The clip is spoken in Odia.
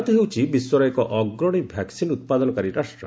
ଭାରତ ହେଉଛି ବିଶ୍ୱର ଏକ ଅଗ୍ରଣୀ ଭ୍ୟାକ୍ମିନ ଉତ୍ପାଦନକାରୀ ରାଷ୍ଟ୍ର